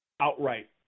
Outright